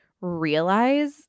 realize